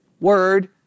word